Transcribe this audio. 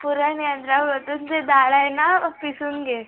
पुरण यंत्रामधून जे डाळ आहे नं पिसून घे